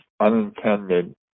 unintended